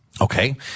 Okay